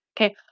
Okay